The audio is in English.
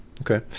Okay